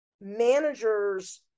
managers